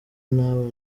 nawe